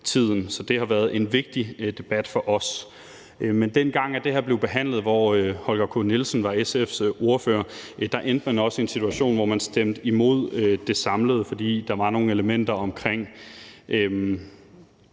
Så det har været en vigtig debat for os. Men dengang det her blev behandlet, hvor Holger K. Nielsen var SF's ordfører, endte man også i en situation, hvor man stemte imod det samlede, fordi der var nogle elementer omkring